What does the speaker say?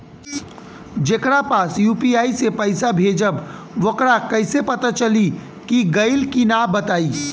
जेकरा पास यू.पी.आई से पईसा भेजब वोकरा कईसे पता चली कि गइल की ना बताई?